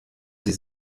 sie